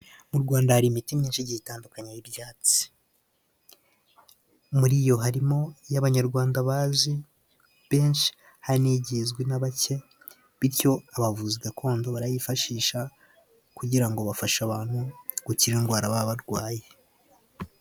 Mu rwanda hari imiti myinshi igiye itandukanye y'ibyatsi. Muri yo harimo iyo abanyarwanda bazi benshi, hari n'igiye izwi na bake, bityo abavuzi gakondo barayifashisha, kugira ngo bafashe abantu gukira indwara baba barwaye.